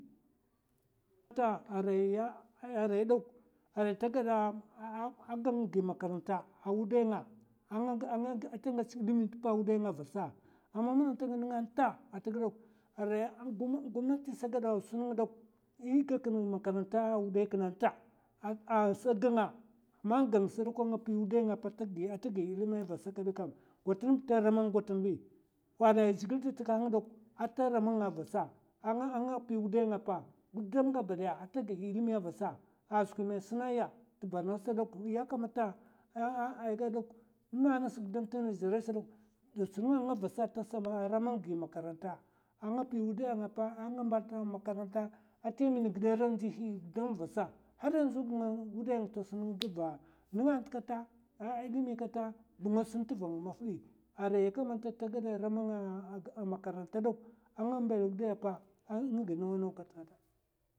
Nta araiya, arai dok, arai ta gada gan gi makaranta wudai nga, ata ngèch ilimi tpa wudai nga vasa. amam na nganta ta gad dok, arai gumnati sa sung dok, è gakin makaranta waudai kina nta, an sa ga'nga, ma gan sdok a nga pi waudai pa ata gi ilimi a vasa kabi kam, gwatinb ta ramang gwatin bi. arai zhègil da takahan dok ata ramanga vasa a nga pi wudai nga pa gudam gabadaya ata gi ilimiya vasa a skwi mè suna ya t'borno sat kam, ya kamata a gad dok nga nas gudam tè najèri sdok, da tsnga ngavasa ata sa ramanga gi makaranta a nga pi waudai nga a nga mbal ta ata min gida ra ndihi gudam ba vasa. haryanzu ba wudai ng ta sun gva nga'nt kata a ilimi kata, nga sun tva ng maf bi, arai ya kamata ta gada ramang makaranta dok a nga mbèl wudai pa a nga gi nawa naw kat kata.